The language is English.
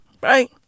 right